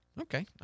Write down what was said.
Okay